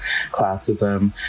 classism